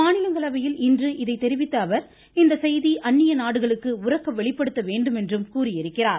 மாநிலங்களவையில் இன்று இதை தெரிவித்த அவர் இந்த செய்தி அந்நிய நாடுகளுக்கு உரக்க வெளிப்படுத்த வேண்டுமென்றும் கூறியிருக்கிறார்